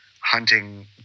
hunting